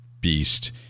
Beast